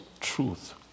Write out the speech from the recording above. truth